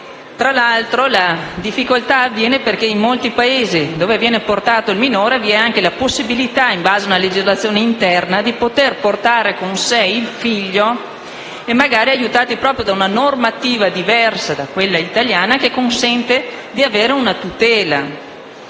Tra l'altro, la difficoltà si presenta anche perché in molti Paesi dove viene portato il minore vi è anche la possibilità, in base alla legislazione nazionale, di poter portare con sé il proprio figlio, magari aiutati da una normativa diversa da quella italiana che consente di avere una tutela.